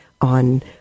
on